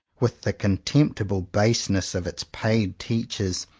with the contemptible baseness of its paid teachers,